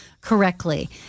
correctly